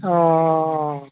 अह